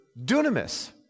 dunamis